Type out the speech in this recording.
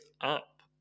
up